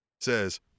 says